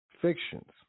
Fictions